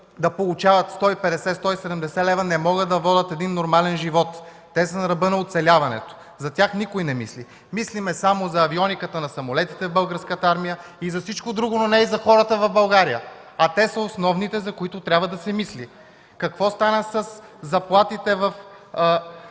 да получават – 150-170 лв., не могат да водят нормален живот. Те са на ръба на оцеляването – за тях никой не мисли. Мислим само за авиониката на самолетите в Българската армия, за всичко друго, но не и за хората в България! А те са основните, за които трябва да се мисли. Какво стана със заплатите в